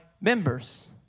members